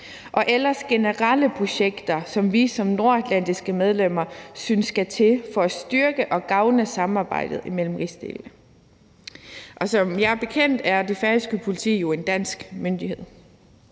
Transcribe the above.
så ellers de generelle projekter, som vi som nordatlantiske medlemmers synes skal til for at styrke og gavne samarbejdet imellem rigsdelene. Og som bekendt er det færøske politi jo en dansk myndighed.